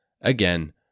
again